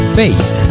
faith